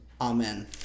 Amen